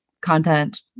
content